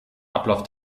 ablauf